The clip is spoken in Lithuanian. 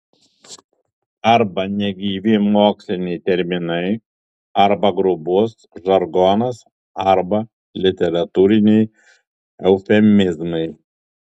arba negyvi moksliniai terminai arba grubus žargonas arba literatūriniai eufemizmai